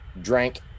drank